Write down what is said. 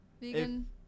vegan